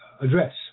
address